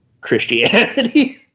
Christianity